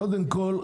קודם כל,